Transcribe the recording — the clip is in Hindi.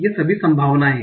ये सभी संभावनाएं हैं